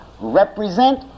represent